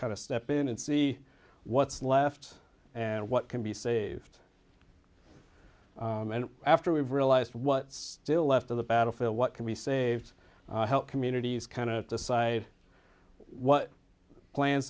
kind of step in and see what's left and what can be saved and after we've realized what's still left of the battlefield what can be saved help communities kind of decide what plans